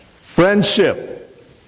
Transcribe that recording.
Friendship